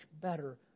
better